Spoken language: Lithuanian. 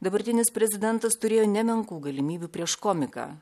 dabartinis prezidentas turėjo nemenkų galimybių prieš komiką